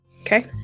Okay